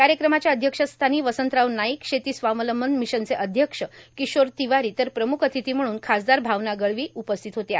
कायक्रमाच्या अध्यक्षस्थानी वसंतराव नाईक शेती स्वावलंबन र्मिशनचे अध्यक्ष र्मिशोर र्मितवारो तर प्रमुख र्जातथी म्हणून खासदार भावना गवळी उपस्थित होत्या